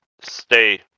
stay